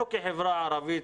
אנחנו בחברה הערבית,